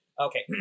Okay